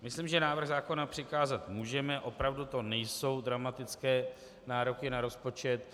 Myslím, že návrh zákona přikázat můžeme, opravdu to nejsou dramatické nároky na rozpočet.